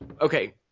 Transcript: okay